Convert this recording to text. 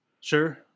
Sure